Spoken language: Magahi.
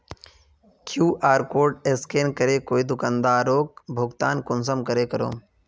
कियु.आर कोड स्कैन करे कोई दुकानदारोक भुगतान कुंसम करे करूम?